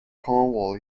cornwall